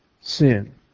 sin